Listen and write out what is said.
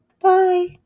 Bye